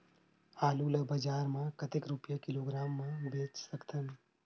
आलू ला बजार मां कतेक रुपिया किलोग्राम म बेच सकथन?